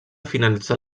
finalitzar